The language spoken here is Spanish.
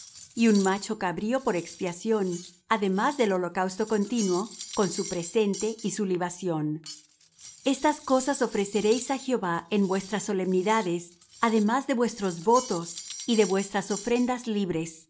y un macho cabrío por expiación además del holocausto continuo con su presente y su libación estas cosas ofreceréis á jehová en vuestras solemnidades además de vuestros votos y de vuestras ofrendas libres